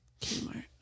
Kmart